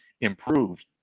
improved